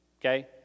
okay